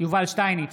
יובל שטייניץ,